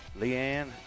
Leanne